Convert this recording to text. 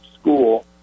school